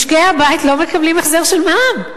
משקי הבית לא מקבלים החזר של מע"מ.